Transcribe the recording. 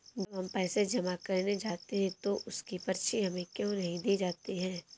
जब हम पैसे जमा करने जाते हैं तो उसकी पर्ची हमें क्यो नहीं दी जाती है?